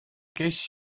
guess